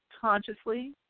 consciously